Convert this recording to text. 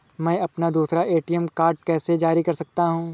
मैं अपना दूसरा ए.टी.एम कार्ड कैसे जारी कर सकता हूँ?